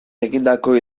egindako